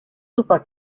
super